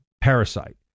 Parasite